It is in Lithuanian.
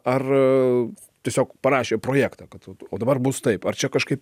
ar tiesiog parašė projektą kad o dabar bus taip ar čia kažkaip